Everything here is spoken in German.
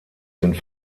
sind